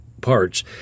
parts